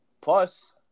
Plus